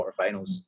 quarterfinals